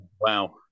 wow